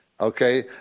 Okay